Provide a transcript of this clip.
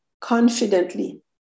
confidently